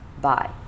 bye